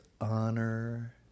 honor